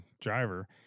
driver